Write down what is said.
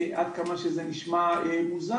עד כמה שזה נשמע מוזר,